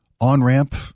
on-ramp